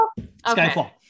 Skyfall